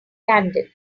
candle